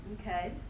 Okay